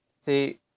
see